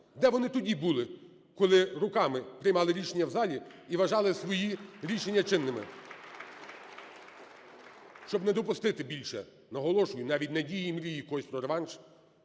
Де вони тоді були, коли руками приймали рішення в залі і вважали свої рішенням чинними? Щоб не допустити більше, наголошую, навіть надії і мрії якоїсь про реванш,